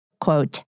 Quote